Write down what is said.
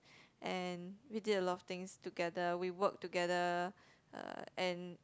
and we did a lot of things together we worked together uh and